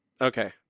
Okay